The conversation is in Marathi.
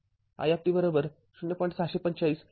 ६४५ e ७ζ६ असेल